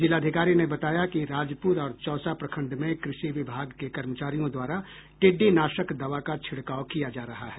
जिलाधिकारी ने बताया कि राजपुर और चौसा प्रखंड में कृषि विभाग के कर्मचारियों द्वारा टिड्डी नाशक दवा का छिड़काव किया जा रहा है